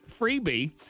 freebie